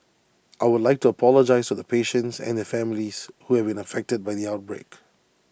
I would like to apologise to the patients and their families who have been affected by the outbreak